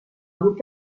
grup